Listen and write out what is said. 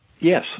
Yes